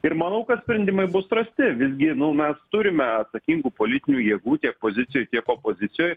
ir manau kad sprendimai bus rasti visgi nu mes turime atsakingų politinių jėgų tiek pozicijoj tiek opozicijoj